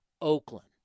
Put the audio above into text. Oakland